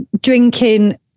drinking